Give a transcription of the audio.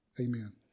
Amen